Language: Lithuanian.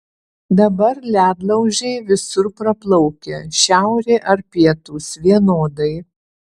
dabar ledlaužiai visur praplaukia šiaurė ar pietūs vienodai